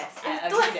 it's too